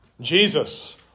Jesus